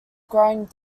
growing